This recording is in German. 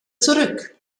zurück